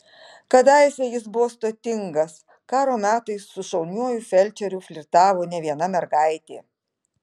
kadaise jis buvo stotingas karo metais su šauniuoju felčeriu flirtavo ne viena mergaitė